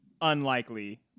unlikely